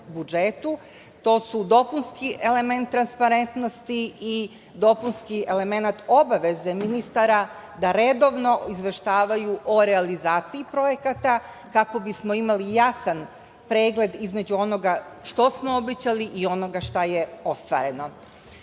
to su dopunski elementi transparentnosti i dopunski element obaveze ministara da redovno izveštavaju o realizaciji projekata kako bismo imali jasan pregled između onoga što smo obećali i onoga šta je ostvareno. Zato